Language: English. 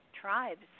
tribes